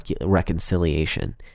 reconciliation